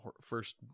first